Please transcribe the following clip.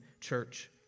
church